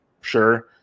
sure